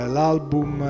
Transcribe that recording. L'album